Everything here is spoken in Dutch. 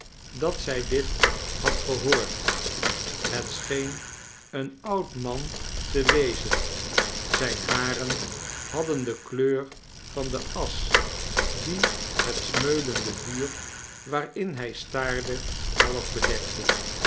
dat zij dit had gehoord net scheen een oud man te wezen zijne haren hadden de kleur van de asch die het smeulende vuur waarin hij staarde half bedekte